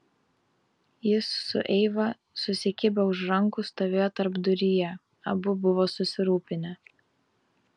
jis su eiva susikibę už rankų stovėjo tarpduryje abu buvo susirūpinę